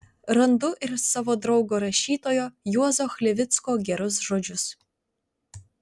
randu ir savo draugo rašytojo juozo chlivicko gerus žodžius